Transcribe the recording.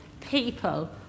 people